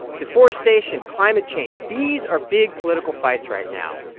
deforestation, climate change these are big political fights right now,